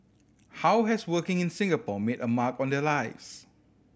how has working in Singapore made a mark on their lives